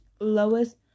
lowest